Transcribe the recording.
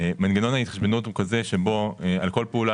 מנגנון ההתחשבנות הוא כזה שעל כל פעולה